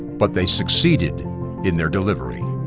but they succeeded in their delivery.